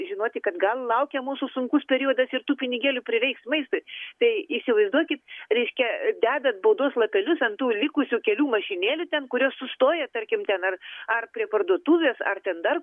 žinoti kad gal laukia mūsų sunkus periodas ir tų pinigėlių prireiks maistui tai įsivaizduokit reiškia dedat baudos lapelius ant tų likusių kelių mašinėlių ten kurios sustoja tarkim ten ar ar prie parduotuvės ar ten dar